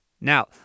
Now